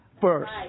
first